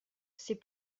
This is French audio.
c’est